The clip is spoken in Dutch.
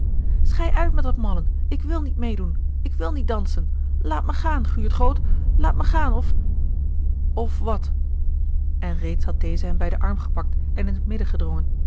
schei uit met dat mallen ik wil niet meêdoen ik wil niet dansen laat me gaan guurt groot laat me gaan of of wat en reeds had deze hem bij den arm gepakt en in t midden gedrongen